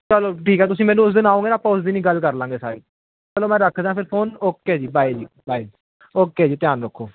ਚਲੋ ਠੀਕ ਆ ਤੁਸੀਂ ਮੈਨੂੰ ਉਸ ਦਿਨ ਆਓਗੇ ਨਾ ਆਪਾਂ ਉਸ ਦਿਨ ਗੱਲ ਕਰ ਲਾਂਗੇ ਸਾਰੀ ਚਲੋ ਮੈਂ ਰੱਖਦਾ ਫਿਰ phone okay ji bye ji bye okay ji ਧਿਆਨ ਰੱਖੋ